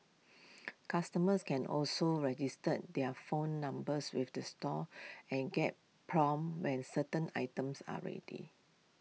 customers can also register their phone numbers with the stores and get prompted when certain items are ready